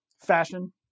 Fashion